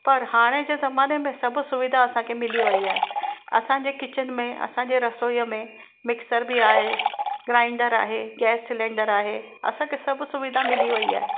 पर हाणे जे ज़माने में सभु सुविधा असांखे मिली वेई आहे असांजे किचन में असांजे रसोईअ में मिक्सर बि आहे ग्राइंडर आहे गैस सिलेंडर आहे असांखे सभु सुविधा मिली वेई आहे